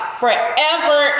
forever